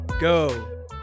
go